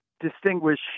distinguish